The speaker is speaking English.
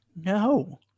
No